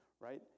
right